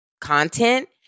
content